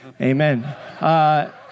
Amen